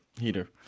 heater